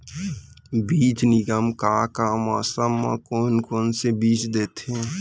बीज निगम का का मौसम मा, कौन कौन से बीज देथे?